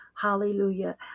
hallelujah